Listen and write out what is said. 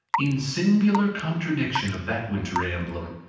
in singular contradiction of that wintry emblem,